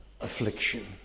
affliction